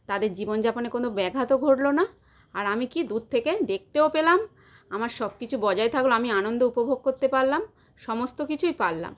তাদের জীবন যাপনে কোনো ব্যাঘাতও ঘটল না আর আমি কি দূর থেকে দেখতেও পেলাম আমার সব কিছু বজায় থাকল আমি আনন্দ উপভোগ করতে পারলাম সমস্ত কিছুই পারলাম